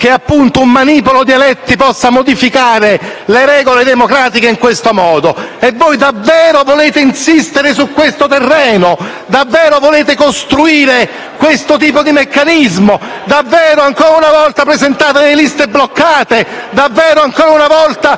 che un manipolo di eletti possa modificare le regole democratiche in questo modo. E voi davvero volete insistere su questo terreno? Davvero volete costruire questo tipo di meccanismo? Davvero, ancora una volta, presentate le liste bloccate? Davvero, ancora una volta,